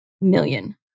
million